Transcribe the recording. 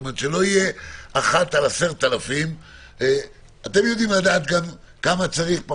כלומר שזה לא יהיה אחת על 10,000. אתם יודעים כמה צריך.